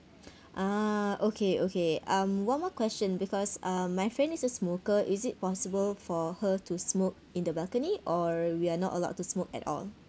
ah okay okay um one more question because uh my friend is a smoker is it possible for her to smoke in the balcony or we're not allowed to smoke at all